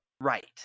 right